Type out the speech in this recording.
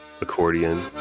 accordion